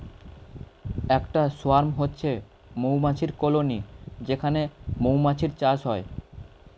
একটা সোয়ার্ম হচ্ছে মৌমাছির কলোনি যেখানে মৌমাছির চাষ হয়